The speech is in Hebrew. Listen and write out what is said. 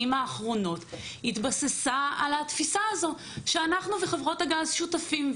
האחרונות התבססה על התפיסה הזאת שאנחנו וחברות הגז שותפים,